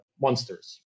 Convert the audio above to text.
monsters